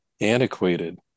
antiquated